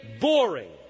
boring